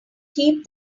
keep